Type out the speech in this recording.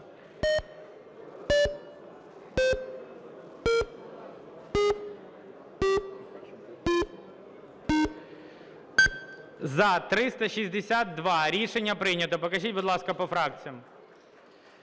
За-362 Рішення прийнято. Покажіть, будь ласка, по фракціях.